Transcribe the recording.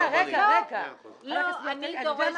לא, אני לא עוזרת